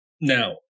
now